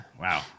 Wow